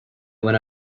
went